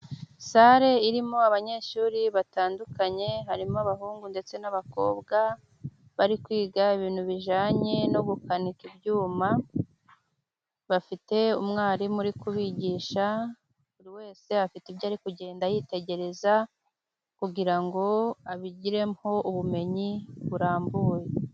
Sale irimo abanyeshuri batandukanye, harimo abahungu ndetse n'abakobwa bari kwiga ibintu bijyanye nko gukanika ibyuma, bafite umwarimu uri kubigisha, buri wese afite ibyo ari kugenda yitegereza, kugira ngo abigiremo ubumenyi burambuye.